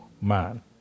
man